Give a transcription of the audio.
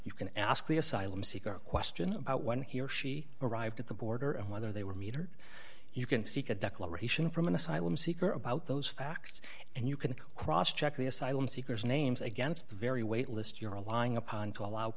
you can ask the asylum seeker questions about when he or she arrived at the border and whether they were metered you can seek a declaration from an asylum seeker about those facts and you can cross check the asylum seekers names against the very wait list you're a lying upon to allow